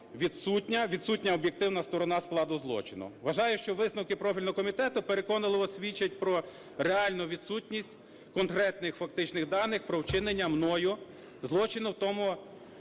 відсутня об'єктивна сторона складу злочину. Вважаю, що висновки профільного комітету переконливо свідчать про реальну відсутність конкретних фактичних даних про вчинення мною злочину, в тому…